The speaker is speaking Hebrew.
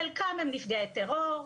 חלקם הם נפגעי טרור,